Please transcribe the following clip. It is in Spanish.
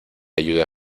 ayuda